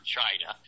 China